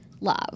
love